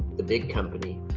the big company.